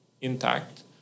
intact